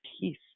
peace